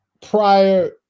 prior